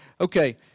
Okay